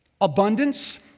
Abundance